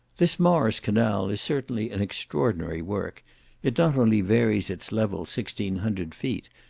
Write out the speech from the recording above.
this morris canal is certainly an extraordinary work it not only varies its level sixteen hundred feet,